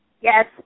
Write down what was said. Yes